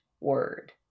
word